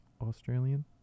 Australian